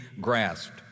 grasped